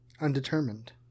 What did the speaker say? Undetermined